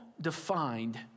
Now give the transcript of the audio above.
defined